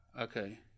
Okay